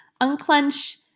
unclench